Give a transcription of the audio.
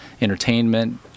entertainment